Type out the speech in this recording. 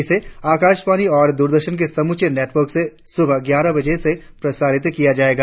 इसे आकाशवाणी और दूरदर्शन के समूचे नेटवर्क से सुबह ग्यारह बजे प्रसारित किया जायेगा